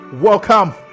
Welcome